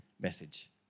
message